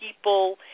people